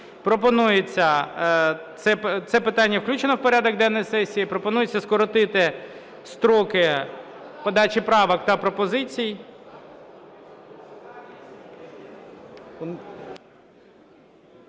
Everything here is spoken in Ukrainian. пропонується скоротити строки подачі правок та пропозицій